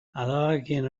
adabakien